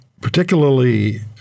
particularly